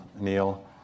Neil